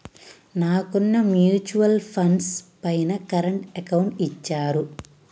నాకున్న mutual funds పైన current account ఇచ్చారు